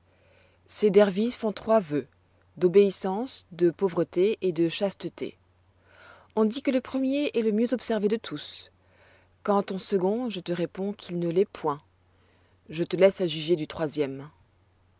ces dervis font trois vœux d'obéissance de pauvreté et de chasteté on dit que le premier est le mieux observé de tous quant au second je te réponds qu'il ne l'est point je te laisse à juger du troisième